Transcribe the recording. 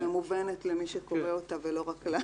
ומובנת למי שקורא אותה ולא רק לנו,